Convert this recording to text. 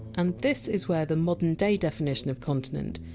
and this is where the modern-day definition of! continent!